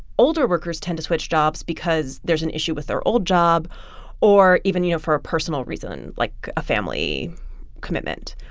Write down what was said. older workers tend to switch jobs because there's an issue with their old job or even, you know, for a personal reason, like a family commitment.